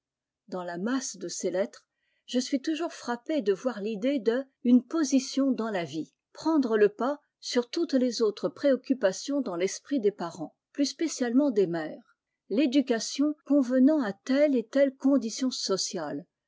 dans la masse de ces lettres je suis toujours frappé de voir l'idée de une position dans la vie prendre le pas sur toutes les autres préoccupations dans l'esprit des parents plus spécialement des mères l'éducation convenant à telle et telle condition sociale